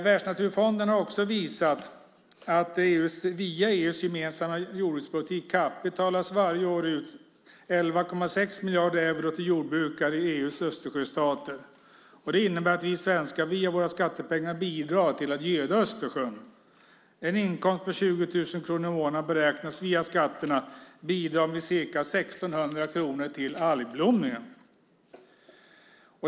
Världsnaturfonden har också visat att via EU:s gemensamma jordbrukspolitik CAP betalas varje år ut 11,6 miljarder euro till jordbrukare i EU:s Östersjöstater. Det innebär att vi svenskar via våra skattepengar bidrar till att göda Östersjön. En inkomst på 20 000 kronor i månaden beräknas via skatterna bidra med ca 1 600 kronor till algblomningen.